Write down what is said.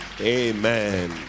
Amen